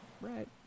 right